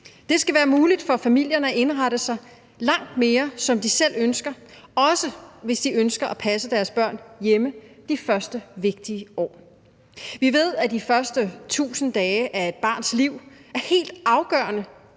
Det skal være muligt for familierne at indrette sig langt mere, som de selv ønsker, også hvis de ønsker at passe deres børn hjemme de første vigtige år. Vi ved, at de første 1.000 dage af et barns liv er af helt afgørende